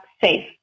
SAFE